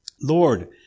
Lord